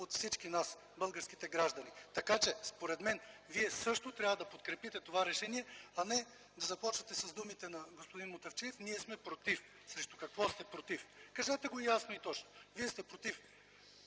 от всички нас – българските граждани. Според мен вие също трябва да подкрепите това решение, а не да започвате с думите на господин Мутафчиев: „Ние сме против”. Срещу какво сте против?! Кажете го ясно и точно! Вие сте против